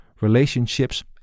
relationships